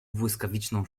błyskawiczną